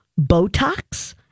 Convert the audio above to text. Botox